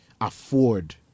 afford